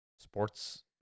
Sports